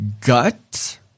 gut